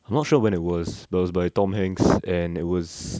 I'm not sure when it was but it was by tom hanks and it was